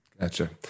Gotcha